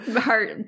heart